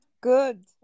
Good